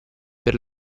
per